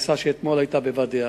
שאתמול היתה בוואדי-עארה.